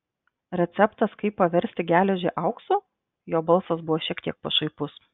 receptas kaip paversti geležį auksu jo balsas buvo kiek pašaipus